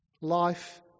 Life